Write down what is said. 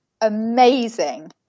amazing